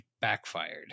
backfired